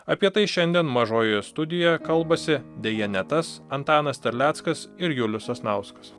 apie tai šiandien mažojoje studijoje kalbasi deja ne tas antanas terleckas ir julius sasnauskas